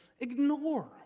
ignore